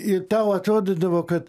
ir tau atrodydavo kad